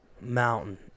Mountain